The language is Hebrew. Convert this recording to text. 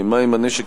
1. מה הם הנשק